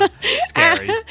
scary